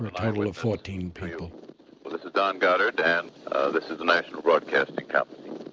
a total of fourteen people well, this is don gutter and this is the national broadcasting company.